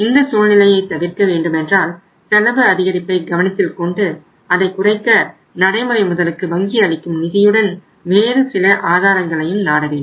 இந்த சூழ்நிலையை தவிர்க்க வேண்டுமென்றால் செலவு அதிகரிப்பை கவனத்தில் கொண்டு அதை குறைக்க நடைமுறை முதலுக்கு வங்கி அளிக்கும் நிதியுடன் வேறு சில ஆதாரங்களையும் நாடவேண்டும்